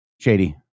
shady